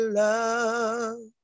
love